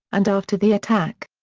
and after the attack.